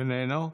איננו.